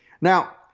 Now